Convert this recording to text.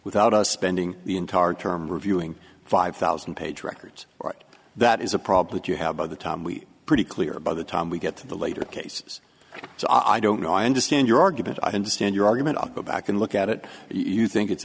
without us spending the entire term reviewing five thousand page records right that is a problem you have by the time we pretty clear by the time we get to the later cases so i don't know i understand your argument i understand your argument go back and look at it you think it's